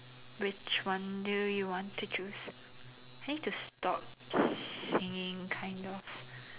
which one do you want to choose I need to stop singing kind of